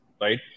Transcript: right